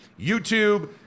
YouTube